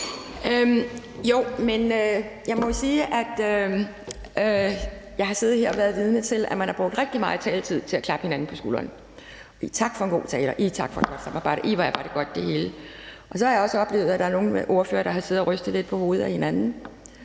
(DF): Jeg må jo sige, at jeg har siddet her og været vidne til, at man har brugt rigtig meget taletid til at klappe hinanden på skulderen og sige: Tak for en god tale; tak for et godt samarbejde; ih, hvor er det godt, det hele. Så har jeg i allerhøjeste grad også oplevet, at nogle ordfører har siddet og rystet lidt på hovedet af hinanden,